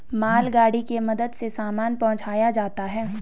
मालगाड़ी के मदद से सामान पहुंचाया जाता है